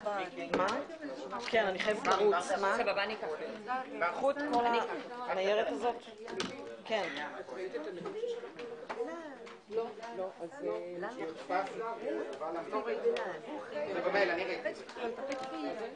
הישיבה ננעלה בשעה 11:35.